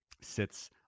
sits